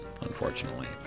unfortunately